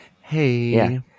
Hey